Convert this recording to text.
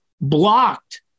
blocked